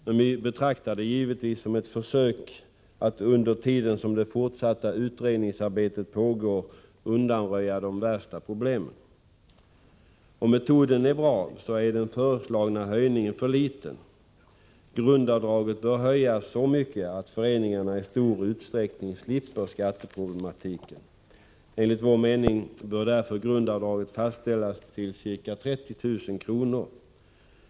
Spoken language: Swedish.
Men vi betraktar givetvis detta som ett försök att, under tiden som utredningsarbetet fortsätter, undanröja de värsta problemen. Även om metoden är bra, är den föreslagna höjningen för liten. Grundavdraget bör höjas så mycket att föreningarna i stor utsträckning slipper skatteproblematiken. Enligt vår mening bör därför grundavdraget fastställas till ca 30 000 kr.